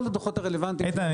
איתן,